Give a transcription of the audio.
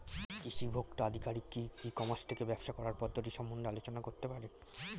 কৃষি ভোক্তা আধিকারিক কি ই কর্মাস থেকে ব্যবসা করার পদ্ধতি সম্বন্ধে আলোচনা করতে পারে?